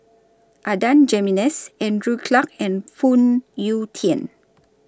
Adan Jimenez Andrew Clarke and Phoon Yew Tien